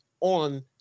on